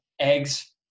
eggs